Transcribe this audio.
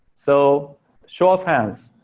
so show of hands,